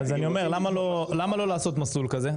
למה לא לעשות מסלול כזה?